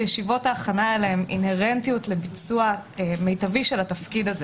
ישיבות ההכנה האלה הן אינהרנטיות לביצוע מיטבי של התפקיד הזה.